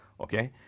Okay